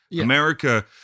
America